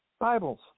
Bibles